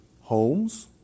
homes